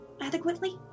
adequately